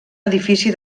edifici